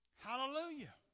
Hallelujah